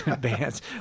bands